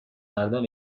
مردم